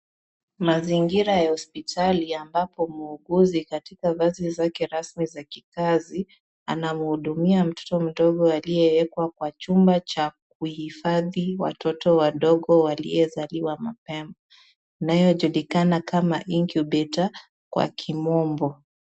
Mazingira ya hospitali ambapo muuguzi katika vazi zake rasmi za kikazi, anamhudumia mtoto mdogo aliyewekwa kwa chumba cha kuhifadhi watoto wadogo waliozaliwa mapema inayojulikana kama incubator kwa kimombo.